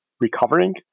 recovering